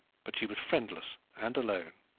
but she was friendless and alone.